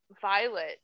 Violet